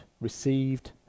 received